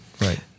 right